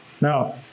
Now